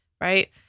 right